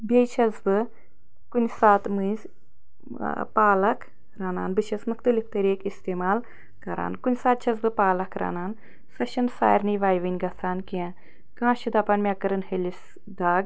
بیٚیہِ چھیٚس بہٕ کُنہ ساتہٕ مٔنٛزۍ ٲں پالک رنان بہٕ چھیٚس مُختلِف طریقہٕ استعمال کران کُنہ ساتہٕ چھیٚس بہٕ پالک رنان سۄ چھَنہٕ سارنٕے وَیوٕنۍ گَژھان کیٚنٛہہ کانٛہہ چھُ دَپان مےٚ کٔرٕن ہلِس دگ